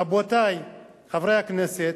רבותי חברי הכנסת,